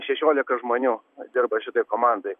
šešiolika žmonių dirba šitoj komandoj